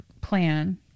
plan